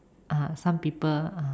uh some people uh